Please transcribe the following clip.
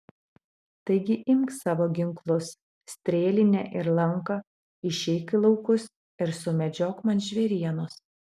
taigi imk savo ginklus strėlinę ir lanką išeik į laukus ir sumedžiok man žvėrienos